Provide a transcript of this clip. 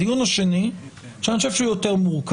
הדיון השני, שאני חושב שהוא יותר מורכב,